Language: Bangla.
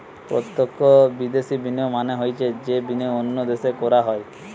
প্রত্যক্ষ বিদ্যাশি বিনিয়োগ মানে হৈছে যেই বিনিয়োগ অন্য দেশে করা হয়